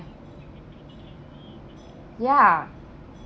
ya